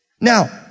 Now